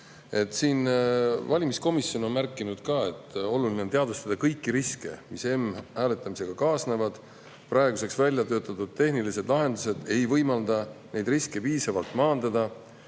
Valimiskomisjon on märkinud, et oluline on teadvustada kõiki riske, mis m‑hääletamisega kaasnevad. Praeguseks väljatöötatud tehnilised lahendused ei võimalda neid riske piisavalt maandada